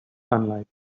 sunlight